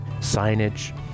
signage